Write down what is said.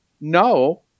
no